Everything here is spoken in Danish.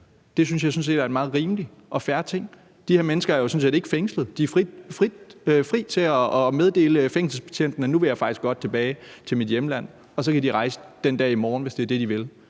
jeg sådan set er en meget rimelig og fair ting. De her mennesker er jo sådan set ikke fængslet. De er frie til at meddele fængselsbetjentene, at de faktisk godt vil tilbage til deres hjemland nu, og så ville de kunne rejse den dag i morgen, hvis det var det, de ville.